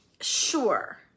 Sure